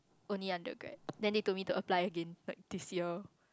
only undergrad then they told me to apply again like this year